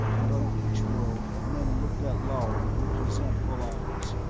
and on each world men looked at lhari with resentful eyes,